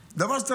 דבר שצריך,